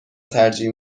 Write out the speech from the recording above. ترجیح